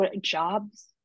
jobs